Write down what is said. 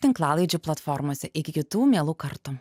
tinklalaidžių platformose iki kitų mielų kartų